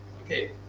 Okay